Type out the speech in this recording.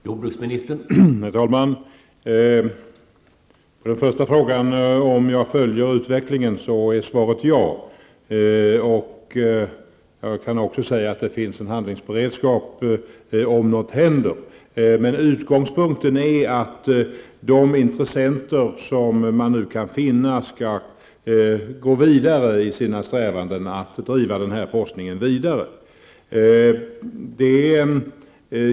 Herr talman! Svaret är ja på den första frågan om jag följer utvecklingen. Det finns en handlingsberedskap om något skulle hända. Utgångspunkten är att de intressenter som finns skall gå vidare i sina strävanden att driva forskningen framåt.